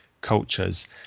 cultures